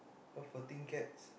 so poor thing cats